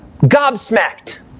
gobsmacked